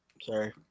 sorry